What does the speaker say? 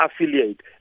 affiliate